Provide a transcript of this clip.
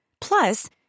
Plus